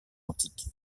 antique